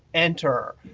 enter.